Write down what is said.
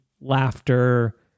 laughter